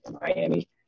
Miami